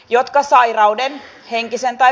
jotka sairauden henkisen tai